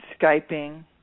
Skyping